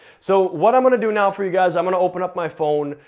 so what i'm gonna do now for you guys, i'm gonna open up my phone,